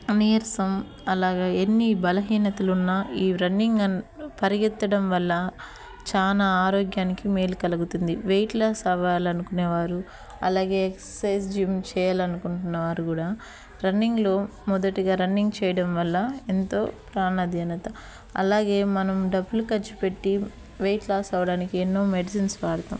నీరసం అలాగే ఎన్ని బలహీనతలు ఉన్నా ఈ రన్నింగ్ పరిగెత్తడం వల్ల చాలా ఆరోగ్యానికి మేలు కలుగుతుంది వెయిట్ లాస్ అవ్వాలి అనుకునేవారు అలాగే ఎక్సర్సైజ్ జిమ్ చేయాలి అనుకుంటున్నవారు కూడా రన్నింగ్లో మొదటిగా రన్నింగ్ చేయడం వల్ల ఎంతో ప్రానధీనత అలాగే మనం డబ్బులు ఖర్చు పెట్టి వెయిట్ లాస్ అవ్వడానికి ఎన్నో మెడిసిన్స్ వాడుతాం